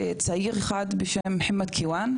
צעיר אחד בשם מוחמד כיואן,